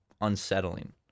unsettling